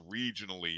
regionally